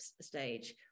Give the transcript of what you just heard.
stage